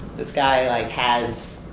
this guy like has,